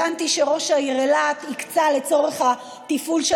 הבנתי שראש העיר אילת הקצה לצורך תפעול של